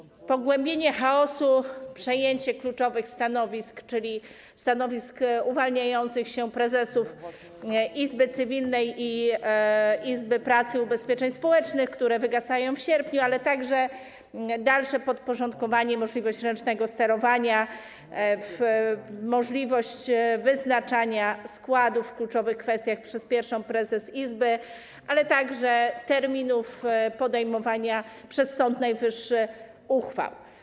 Tu chodzi o pogłębienie chaosu, przejęcie kluczowych stanowisk, czyli stanowisk uwalniających się prezesów Izby Cywilnej i Izby Pracy i Ubezpieczeń Społecznych, których kadencje kończą się w sierpniu, a także o dalsze podporządkowywanie, możliwość ręcznego sterowania, możliwość wyznaczania składów w kluczowych przypadkach przez pierwszą prezes izby, ale także wyznaczania terminów podejmowania przez Sąd Najwyższy uchwał.